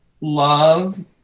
love